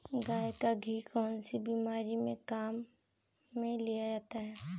गाय का घी कौनसी बीमारी में काम में लिया जाता है?